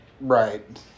Right